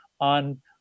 on